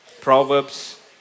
Proverbs